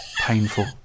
Painful